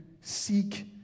seek